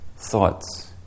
Thoughts